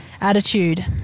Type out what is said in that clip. attitude